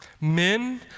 Men